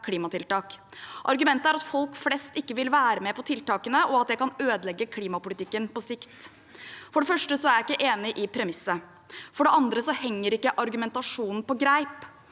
Argumentet er at folk flest ikke vil være med på tiltakene, og at det kan ødelegge for klimapolitikken på sikt. For det første er jeg ikke enig i premisset. For det andre henger ikke argumentasjonen på greip.